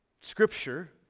scripture